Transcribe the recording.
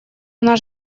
наш